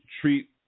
treat